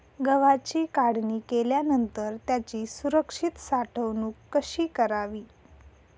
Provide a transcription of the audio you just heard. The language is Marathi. गव्हाची काढणी केल्यानंतर त्याची सुरक्षित साठवणूक कशी करावी?